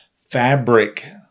fabric